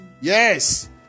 Yes